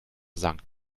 sankt